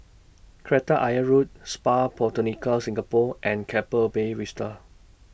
Kreta Ayer Road Spa Botanica Singapore and Keppel Bay Vista